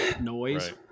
noise